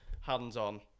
hands-on